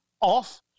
off